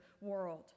world